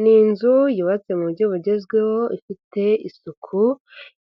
Ni inzu yubatse mu buryo bugezweho, ifite isuku,